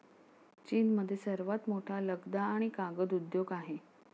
चीनमध्ये सर्वात मोठा लगदा आणि कागद उद्योग आहे